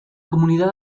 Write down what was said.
comunidad